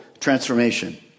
transformation